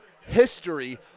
history